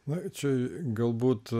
na čia galbūt